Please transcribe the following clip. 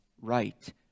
right